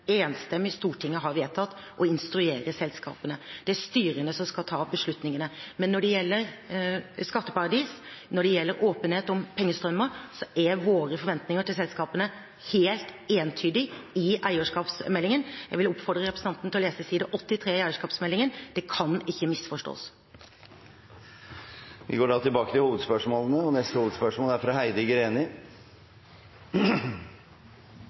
enstemmig storting har vedtatt, å instruere selskapene. Det er styrene som skal ta beslutningene. Men når det gjelder skatteparadis, når det gjelder åpenhet om pengestrømmer, er våre forventninger til selskapene helt entydige i eierskapsmeldingen. Jeg vil oppfordre representanten til å lese side 83 i eierskapsmeldingen. Det kan ikke misforstås. Vi går til neste hovedspørsmål. Mitt spørsmål går til kommunal- og moderniseringsministeren. På Kommunal- og moderniseringsdepartementets hjemmesider er